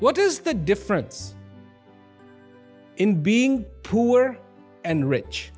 what is the difference in being poor and rich